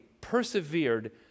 persevered